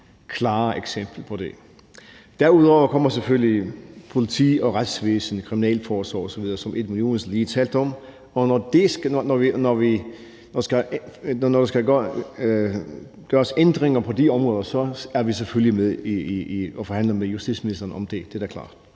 klare eksempel på det. Derudover kommer selvfølgelig politi og retsvæsen, kriminalforsorg osv., som Edmund Joensen lige talte om, og når der skal laves ændringer på de områder, er vi selvfølgelig med og forhandler med justitsministeren om det; det er klart,